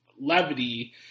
levity